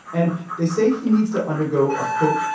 and they say he needs to undergo a, quote,